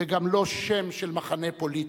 וגם לא שֵם של מחנה פוליטי.